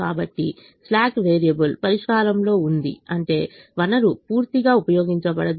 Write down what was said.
కాబట్టి slack variable పరిష్కారంలో ఉంది అంటే వనరు పూర్తిగా ఉపయోగించబడదు